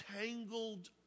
tangled